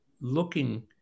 looking